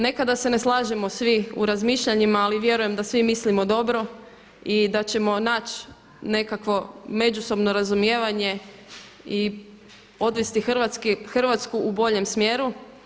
Nekada se ne slažemo svi u razmišljanjima, ali vjerujem da svi mislimo dobro i da ćemo naći nekakvo međusobno razumijevanje i odvesti Hrvatsku u boljem smjeru.